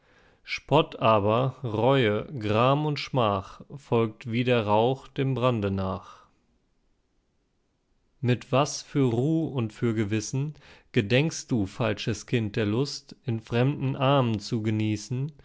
spott aber reue gram und schmach folgt wie der rauch dem brande nach mit was für ruh und für gewissen gedenkst du falsches kind der lust in fremden armen zu genießen